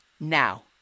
Now